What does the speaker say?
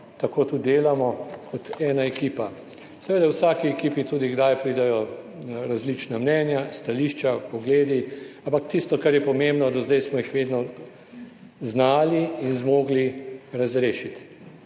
tako tudi delamo, kot ena ekipa. Seveda v vsaki ekipi tudi kdaj pridejo različna mnenja, stališča, pogledi, ampak tisto, kar je pomembno, do zdaj smo jih vedno znali in zmogli razrešiti